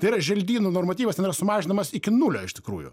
tai yra želdynų normatyvas yra sumažinamas iki nulio iš tikrųjų